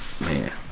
man